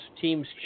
teams